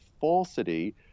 falsity